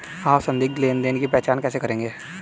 आप संदिग्ध लेनदेन की पहचान कैसे करेंगे?